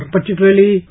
Particularly